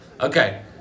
Okay